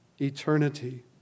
Eternity